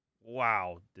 wow